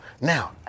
Now